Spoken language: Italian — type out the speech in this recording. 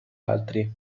altri